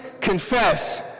confess